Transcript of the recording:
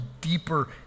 deeper